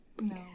No